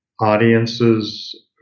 audiences